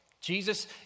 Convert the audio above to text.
Jesus